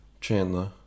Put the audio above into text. Chandler